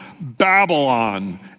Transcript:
Babylon